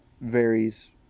varies